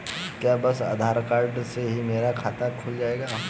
क्या बस आधार कार्ड से ही मेरा खाता खुल जाएगा?